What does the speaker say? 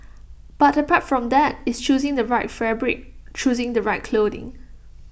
but apart from that it's choosing the right fabric choosing the right clothing